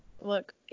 Look